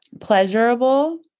pleasurable